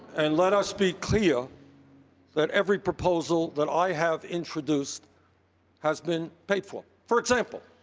and let us be clear that every proposal that i have introduced has been paid for. for example,